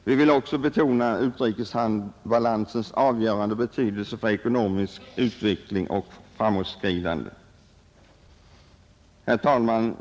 Vi vill också betona utrikesbalansens avgörande betydelse för ekonomisk utveckling och framåtskridande. Herr talman!